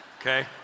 okay